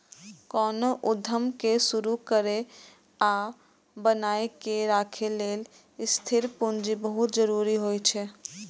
कोनो उद्यम कें शुरू करै आ बनाए के राखै लेल स्थिर पूंजी बहुत जरूरी होइ छै